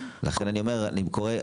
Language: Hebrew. לכן אני קורא,